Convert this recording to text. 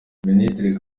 minisitiri